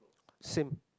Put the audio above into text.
same